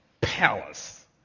Palace